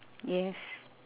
yes